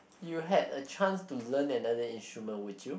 you had a chance to learn another instrument would you